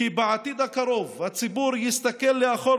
כי בעתיד הקרוב הציבור יסתכל לאחור